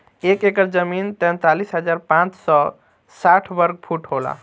एक एकड़ जमीन तैंतालीस हजार पांच सौ साठ वर्ग फुट होला